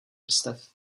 vrstev